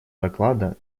доклада